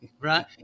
right